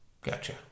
Gotcha